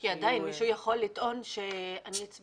כי עדיין מישהו יכול לטעון שהוא הצביע